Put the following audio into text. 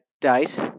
date